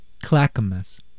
Clackamas